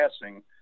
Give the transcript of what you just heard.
passing